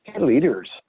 leaders